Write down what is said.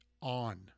on